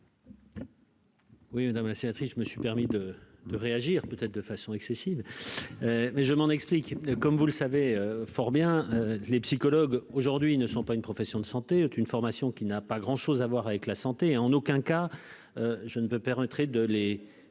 Oui, madame la sénatrice, je me suis permis de de réagir, peut-être de façon excessive, mais je m'en explique, comme vous le savez fort bien les psychologues aujourd'hui ne sont pas une profession de santé, une formation qui n'a pas grand chose à voir avec la santé et en aucun cas je ne peux trait de les